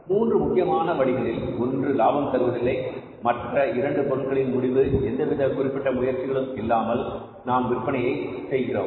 3 முக்கியமான வழிகளில் ஒன்று லாபம் தருவதில்லை மற்ற இரண்டு பொருட்களின் முடிவு எந்தவித குறிப்பிட்ட முயற்சிகளும் இல்லாமல் நாம் விற்பனையை செய்கிறார்கள்